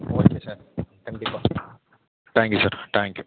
okay sir கண்டிப்பாக thank you sir thank you